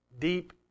deep